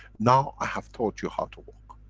now i have taught you how to walk.